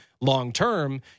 long-term